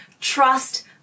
trust